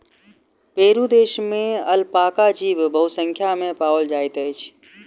Peru देश में alpaca जीव बहुसंख्या में पाओल जाइत अछि